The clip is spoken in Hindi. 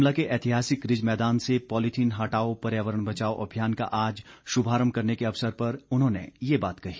शिमला के ऐतिहासिक रिज मैदान से पॉलिथीन हटाओ पर्यावरण बचाओ अभियान का आज शुभारंभ करने के अवसर पर उन्होंने ये बात कही